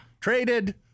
Traded